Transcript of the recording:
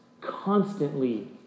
constantly